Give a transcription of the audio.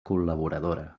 col·laboradora